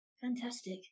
Fantastic